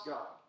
God